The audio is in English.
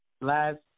last